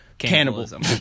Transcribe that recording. Cannibalism